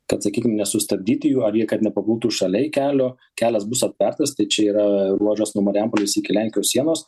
kad sakykim nesustabdyti jų ar jie kad nepapultų šalia į kelio kelias bus aptvertas tai čia yra ruožas nuo marijampolės iki lenkijos sienos